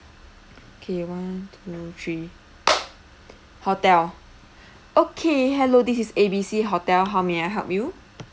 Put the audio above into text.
okay one two three hotel okay hello this is A_B_C hotel how may I help you